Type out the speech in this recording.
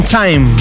time